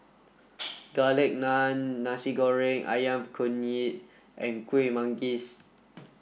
Garlic Naan Nasi Goreng Ayam Kunyit and Kueh Manggis